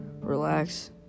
relax